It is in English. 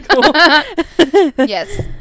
yes